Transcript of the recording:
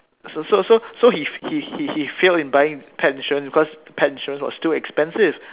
so so so he he he failed in buying pet insurance because pet insurance was too expensive